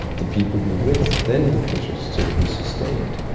the people we're with, then the pleasure sort of is sustained.